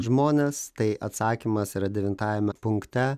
žmones tai atsakymas yra devintajame punkte